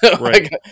Right